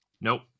Nope